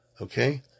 Okay